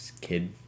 kid